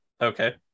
Okay